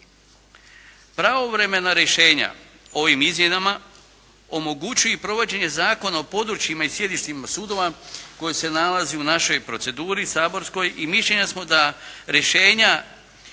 Pravovremena rješenja ovim izmjenama omogućuju i provođenje Zakona o područjima i sjedištima sudova koji se nalazi u našoj proceduri saborskoj i mišljenja smo da rješenja